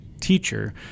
teacher